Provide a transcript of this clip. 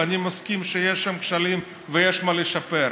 ואני מסכים שיש שם כשלים ויש מה לשפר,